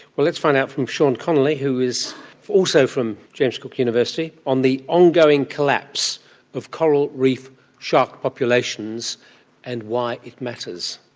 well, let's find out from sean connolly who is also from james cook university on the ongoing collapse of coral reef shark populations and why it matters.